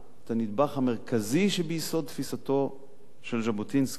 את הנדבך המרכזי שביסוד תפיסתו של ז'בוטינסקי,